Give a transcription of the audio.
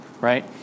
right